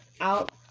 out